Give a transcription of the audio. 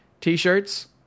t-shirts